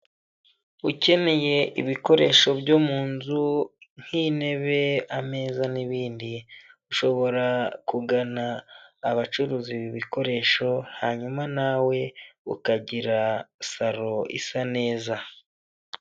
Ukeneye ibikoresho byo mu nzu nk'intebe, ameza n'ibindi, ushobora kugana abacuruza ibi bikoresho, hanyuma nawe ukagira salo isa neza.